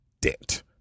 Dent